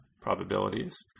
probabilities